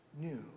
new